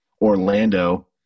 Orlando